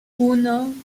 uno